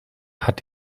hat